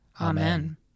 Amen